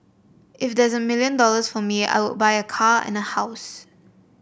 if there's a million dollars for me I would buy a car and a house